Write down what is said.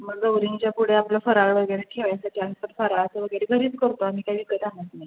मग गौरींच्या पुढे आपलं फराळ वगैरे ठेवायसाठी आमचं फराळाचं वगैरे घरीच करतो आम्ही काही विकत आणत नाही